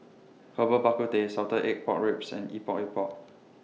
Herbal Bak Ku Teh Salted Egg Pork Ribs and Epok Epok